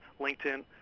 LinkedIn